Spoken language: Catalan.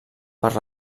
per